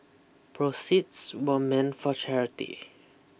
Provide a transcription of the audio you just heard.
proceeds were meant for charity